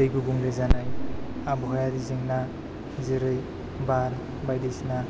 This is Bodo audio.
दै गुबुंले जानाय आबहावायारि जेंना जेरै बार बायदिसिना